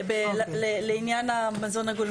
לעניין המזון הגולמי.